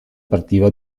partiva